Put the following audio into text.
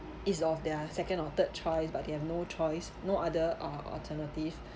is of their second or third choice but they have no choice no other uh alternative